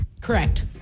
Correct